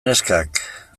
neskak